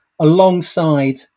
alongside